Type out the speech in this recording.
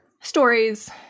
stories